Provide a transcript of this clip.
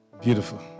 Beautiful